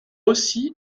aussi